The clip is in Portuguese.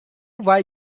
vai